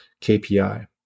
KPI